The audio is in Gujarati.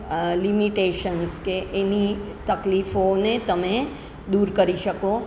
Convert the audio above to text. લિમિટેશન્સ કે એની તકલીફોને તમે દૂર કરી શકો